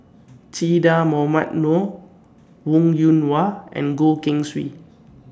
Che Dah Mohamed Noor Wong Yoon Wah and Goh Keng Swee